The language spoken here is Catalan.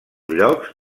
llocs